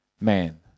man